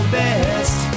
best